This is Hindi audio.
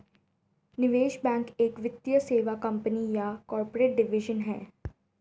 निवेश बैंक एक वित्तीय सेवा कंपनी या कॉर्पोरेट डिवीजन है